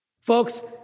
Folks